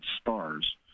stars